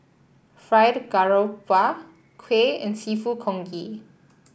Fried Garoupa Kuih and seafood Congee